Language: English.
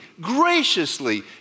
graciously